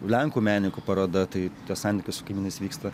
lenkų menininkų paroda tai tas santykis su kaimynais vyksta